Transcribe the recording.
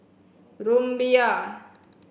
Rumbia